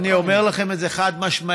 אני אומר לכם את זה חד-משמעית.